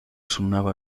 sonaba